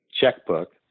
checkbook